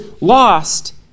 lost